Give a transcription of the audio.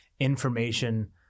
Information